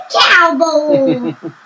Cowboy